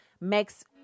makes